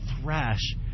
thrash